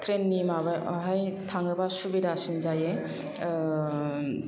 train नि माबायावहाय थाङोबा सुबिदासिन जायो